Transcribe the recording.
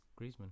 Griezmann